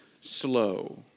slow